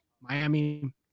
Miami